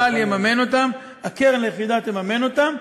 צה"ל יממן אותם, הקרן והיחידה תממן אותם.